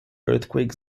earthquake